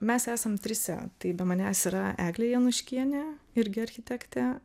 mes esam trise tai be manęs yra eglė januškienė irgi architektė